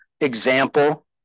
example